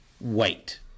wait